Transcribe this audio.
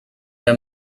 the